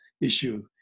issue